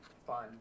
fun